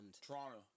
Toronto